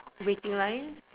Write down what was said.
waiting line